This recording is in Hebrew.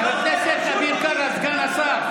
חבר הכנסת אביר קארה, סגן השר.